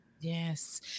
Yes